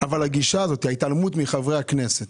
אבל הגישה הזאת, ההתעלמות מחברי הכנסת.